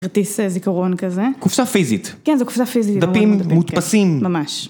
כרטיס זיכרון כזה. קופסה פיזית. כן, זו קופסה פיזית. דפים, מודפסים. ממש.